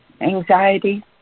anxiety